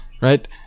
Right